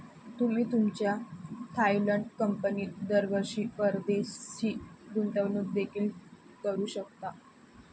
तुम्ही तुमच्या थायलंड कंपनीत दरवर्षी परदेशी गुंतवणूक देखील करू शकता